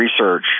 research